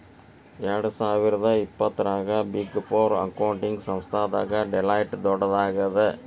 ಎರ್ಡ್ಸಾವಿರ್ದಾ ಇಪ್ಪತ್ತರಾಗ big four accounting ಸಂಸ್ಥಾದಾಗ ಡೆಲಾಯ್ಟ್ ದೊಡ್ಡದಾಗದ